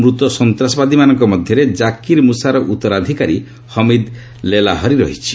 ମୃତ ସନ୍ତାସବାଦୀମାନଙ୍କ ମଧ୍ୟରେ ଜାକିର୍ ମୁସାର ଉତ୍ତରାଧିକାରୀ ହମିଦ୍ ଲେଲହରି ରହିଛି